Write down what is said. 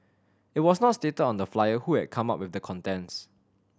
it was not stated on the flyer who had come up with the contents